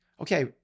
okay